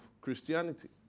Christianity